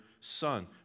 son